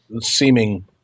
seeming